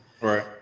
right